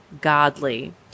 godly